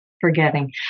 forgetting